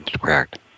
Correct